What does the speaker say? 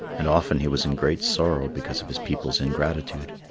and often he was in great sorrow because of his people's ingratitude.